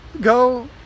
go